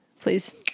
please